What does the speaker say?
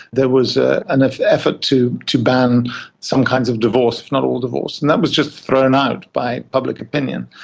there was ah an effort to to ban some kinds of divorce, if not all divorce, and that was just thrown out by public opinion.